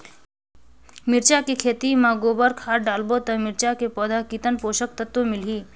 मिरचा के खेती मां गोबर खाद डालबो ता मिरचा के पौधा कितन पोषक तत्व मिलही?